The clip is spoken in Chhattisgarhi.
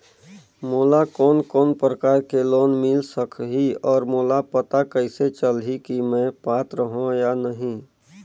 मोला कोन कोन प्रकार के लोन मिल सकही और मोला पता कइसे चलही की मैं पात्र हों या नहीं?